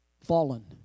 Fallen